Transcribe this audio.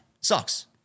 Sucks